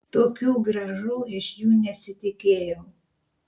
tokių grąžų iš jų nesitikėjau